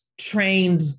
Trained